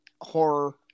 horror